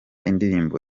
indirimbo